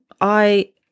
I-